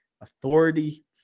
authority